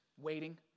waiting